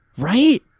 right